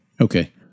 Okay